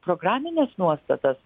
programines nuostatas